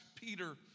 Peter